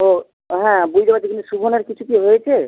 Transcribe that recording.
ও হ্যাঁ বুঝতে পারছি কিন্তু শোভনের কিছু কি হয়েছে